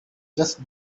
just